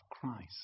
Christ